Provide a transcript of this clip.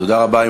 תודה רבה.